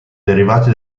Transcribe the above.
derivati